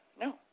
No